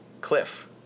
cliff